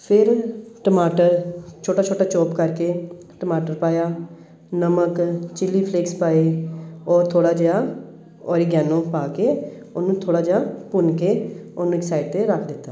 ਫਿਰ ਟਮਾਟਰ ਛੋਟਾ ਛੋਟਾ ਚੋਪ ਕਰਕੇ ਟਮਾਟਰ ਪਾਇਆ ਨਮਕ ਚਿੱਲੀ ਫਲੇਕਸ ਪਾਏ ਔਰ ਥੋੜ੍ਹਾ ਜਿਹਾ ਔਰਗੈਨੋ ਪਾ ਕੇ ਉਹਨੂੰ ਥੋੜ੍ਹਾ ਜਿਹਾ ਭੁੰਨ ਕੇ ਉਹਨੂੰ ਇੱਕ ਸਾਈਡ 'ਤੇ ਰੱਖ ਦਿੱਤਾ